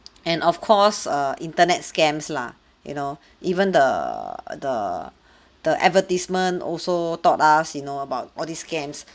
and of course err internet scams lah you know even the the the advertisement also taught us you know about all these scams